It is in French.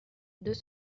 deux